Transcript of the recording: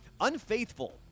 Unfaithful